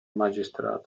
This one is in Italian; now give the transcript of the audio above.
magistrato